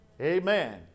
Amen